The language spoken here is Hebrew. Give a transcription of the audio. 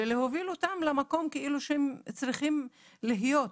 ולהוביל אותם למקום שהם צריכים להיות.